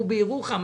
הוא בירוחם,